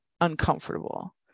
uncomfortable